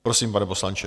Prosím, pane poslanče.